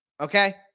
okay